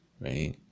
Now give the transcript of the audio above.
right